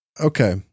Okay